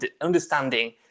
understanding